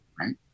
right